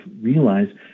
realize